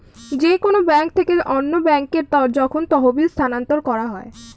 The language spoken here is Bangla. যে কোন ব্যাংক থেকে অন্য ব্যাংকে যখন তহবিল স্থানান্তর করা হয়